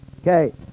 Okay